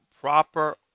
proper